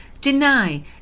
deny